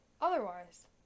otherwise